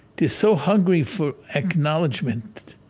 they're so hungry for acknowledgement.